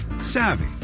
savvy